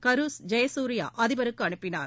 கரு ஜெயசூரியா அதிபருக்கு அனுப்பினார்